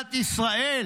ממדינת ישראל,